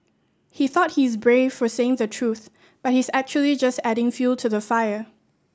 he thought he's brave for saying the truth but he's actually just adding fuel to the fire